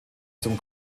zum